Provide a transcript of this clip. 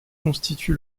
constitue